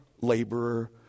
laborer